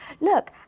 look